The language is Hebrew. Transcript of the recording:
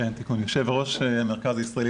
רק תיקון, אני יו"ר המרכז ישראלי